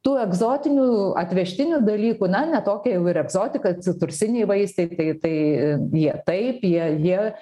tų egzotinių atvežtinių dalykų na ne tokia jau ir egzotika citrusiniai vaisiai tai tai jie taip jie jie